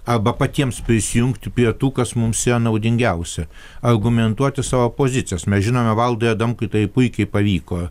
arba patiems prisijungti prie tų kas mums yra naudingiausia argumentuoti savo pozicijos mes žinome valdui adamkui tai puikiai pavyko